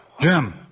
Jim